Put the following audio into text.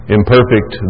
imperfect